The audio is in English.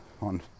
on